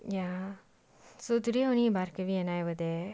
ya so today only about kevi and I were there